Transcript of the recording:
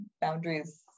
boundaries